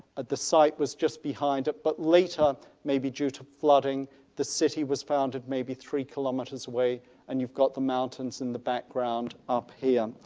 but the site was just behind it, but later maybe due to flooding the city was founded maybe three kilometers away and you've got the mountains in the background up here.